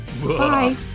Bye